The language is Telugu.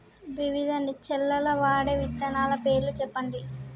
వివిధ చేలల్ల వాడే విత్తనాల పేర్లు చెప్పండి?